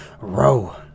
Row